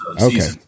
okay